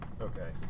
Okay